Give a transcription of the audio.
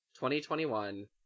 2021